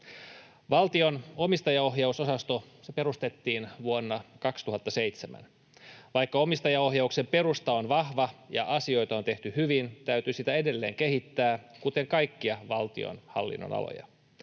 Valtion omistajaohjausosasto perustettiin vuonna 2007. Vaikka omistajaohjauksen perusta on vahva ja asioita on tehty hyvin, täytyy sitä edelleen kehittää, kuten kaikkia valtion hallinnonaloja.